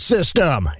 System